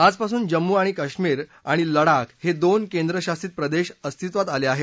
आजपासून जम्मू आणि काश्मीर आणि लडाख हे दोन केंद्रशासित प्रदेश अस्तित्वात आले आहेत